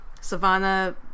Savannah